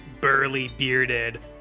burly-bearded